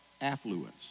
affluence